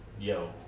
yo